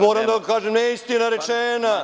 Moram da vam kažem, neistina je rečena